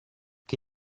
che